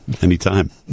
anytime